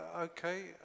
Okay